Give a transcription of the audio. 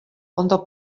ondo